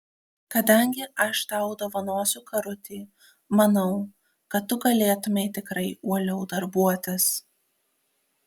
kadangi aš tau dovanosiu karutį manau kad tu galėtumei tikrai uoliau darbuotis